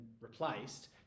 replaced